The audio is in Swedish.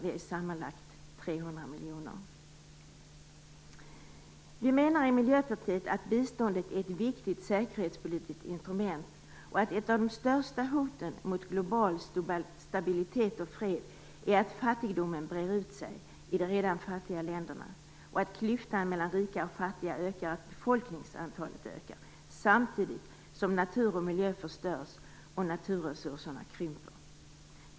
Det blir sammanlagt Vi menar i Miljöpartiet att biståndet är ett viktigt säkerhetspolitiskt instrument och att ett av de största hoten mot global stabilitet och fred är att fattigdomen brer ut sig i de redan fattiga länderna och att klyftan mellan rika och fattiga ökar, att befolkningsantalet ökar samtidigt som natur och miljö förstörs och naturresurserna krymper.